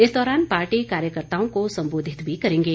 इस दौरान पार्टी कार्यकर्ताओं को संबोधित भी करेंगे